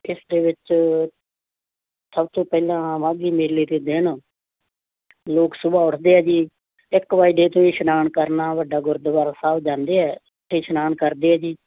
ਇਸ ਦੇ ਵਿੱਚ ਸਭ ਤੋਂ ਪਹਿਲਾਂ ਮਾਘੀ ਮੇਲੇ ਦੇ ਦਿਨ ਲੋਕ ਸੁਬਾਹ ਉੱਠਦੇ ਹੈ ਜੀ ਇੱਕ ਵੱਜਦੇ ਤੋਂ ਇਸ਼ਨਾਨ ਕਰਨਾ ਵੱਡਾ ਗੁਰਦੁਆਰਾ ਸਾਹਿਬ ਜਾਂਦੇ ਹੈ ਅਤੇ ਇਸ਼ਨਾਨ ਕਰਦੇ ਹੈ ਜੀ